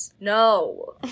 No